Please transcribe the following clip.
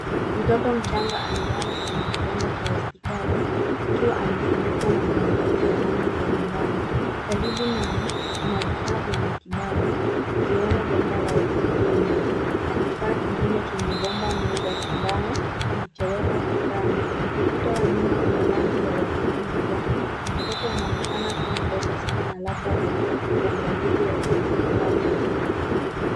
Mtoto mchanga amelala kwenye kitanda cha hospitali akiwa amefunikwa na blanketi ya rangi mbalimbali. Karibu naye kuna vifaa vya matibabu ikiwemo bomba la oksijeni na kifaa kingine chenye bomba nne za sindano kilichowekwa ukutani. Ukuta wa nyuma una rangi ya waridi na njano. Mtoto anaonekana kuwa mdogo sana na labda anahitaji uangalizi wa kimatibabu.